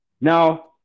Now